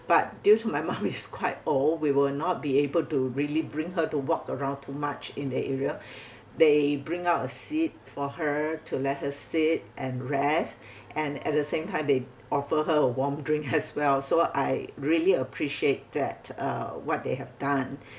but due to my mom is quite old we will not be able to really bring her to walk around too much in the area they bring out a seat for her to let her sit and rest and at the same time they offer her a warm drink as well so I really appreciate that uh what they have done